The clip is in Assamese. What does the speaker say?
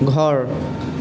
ঘৰ